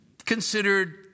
considered